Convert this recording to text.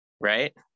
Right